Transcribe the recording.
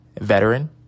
Veteran